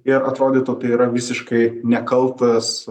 ir atrodytų tai yra visiškai nekaltas